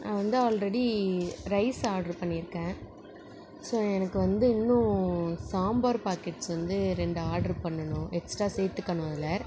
நான் வந்து already rice order பண்ணிருக்கேன் ஸோ எனக்கு வந்து இன்னும் சாம்பார் பாக்கெட்ஸ் வந்து ரெண்டு ஆர்ட்ரு பண்ணணும் எக்ஸ்ட்ரா சேர்த்துக்கணும் அதில்